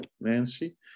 Nancy